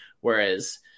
Whereas